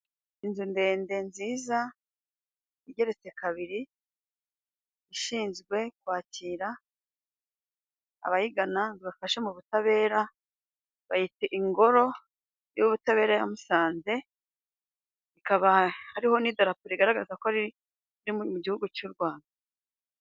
Inzu ndende nziza igereretse kabiri, ishinzwe kwakira abayigana ngo ibafashe mu butabera, bayita "Ingoro y'Ubutabera ya Musanze", hakaba hariho n'idarapo rigaragaza ko riri mu gihugu cy'u Rwanda.